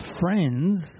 friends